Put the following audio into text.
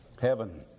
Heaven